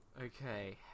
Okay